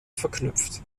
verknüpft